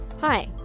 Hi